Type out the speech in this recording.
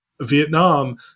Vietnam